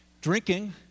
Drinking